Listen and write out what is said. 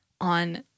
on